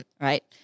Right